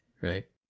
Right